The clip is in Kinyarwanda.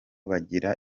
bagira